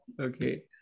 Okay